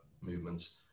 movements